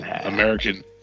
american